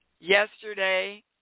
Yesterday